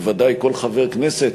בוודאי כל חבר כנסת,